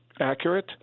accurate